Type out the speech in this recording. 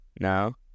No